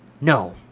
no